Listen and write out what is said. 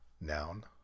noun